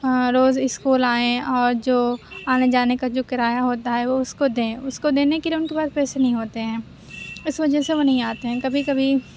روز school آئیں اور جو آنے جانے کا جو کرایہ ہوتا ہے وہ اُس کو دیں اُس کو دینے کے لیے اُن کے پاس پیسے نہیں ہوتے ہیں اِس وجہ سے وہ نہیں آتے ہیں کبھی کبھی